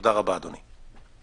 תודה רבה, אדוני.